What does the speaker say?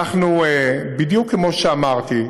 בדיוק כמו שאמרתי,